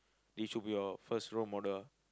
they should be your first role model